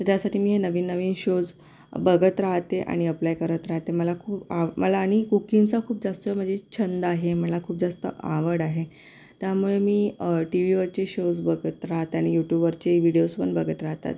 ज्यासाठी मी नवीन नवीन शोस बघत राहते आणि अप्लाय करत राहते मला खूप आवड मला आणि कुकिंगचा खूप जास्त म्हणजे छंद आहे मला खूप जास्त आवड आहे त्यामुळे मी टी वीवरचे शोज बघत राहते आणि यूटूबवरचे विडिओस पण बघत राहतात